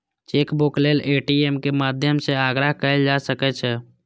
chequebook लेल ATM के माध्यम सं आग्रह कैल जा सकै छै